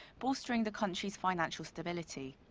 bolstering the country's financial stability.